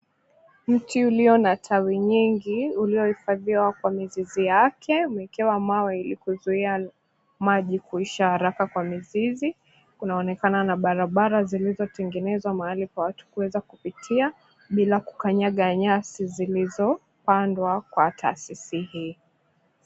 Mti ulio na tawi nyingi uliohifadhiwa kwa mizizi yake umeekewa mawe ili kuzuia maji kuisha haraka kwa mizizi. Kunaonekana na barabara zilizotengenezwa mahali kwa watu kuweza kupitia bila kukanyaga nyasi zilizopandwa kwa taasisi hii.